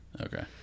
okay